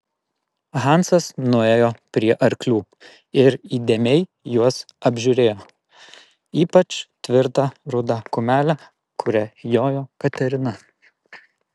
hansas nuėjo prie arklių ir įdėmiai juos apžiūrėjo ypač tvirtą rudą kumelę kuria jojo katerina